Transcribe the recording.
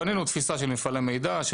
בנינו תפיסה של מפעלי מידע.